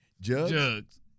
Jugs